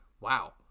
Wow